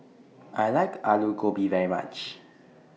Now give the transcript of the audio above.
I like Aloo Gobi very much